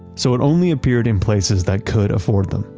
so it only appeared in places that could afford them,